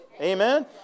Amen